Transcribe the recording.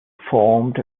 formed